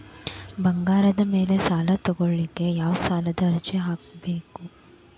ಬಂಗಾರದ ಮ್ಯಾಲೆ ಸಾಲಾ ತಗೋಳಿಕ್ಕೆ ಯಾವ ಸಾಲದ ಅರ್ಜಿ ಹಾಕ್ಬೇಕು?